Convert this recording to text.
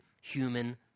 human